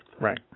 right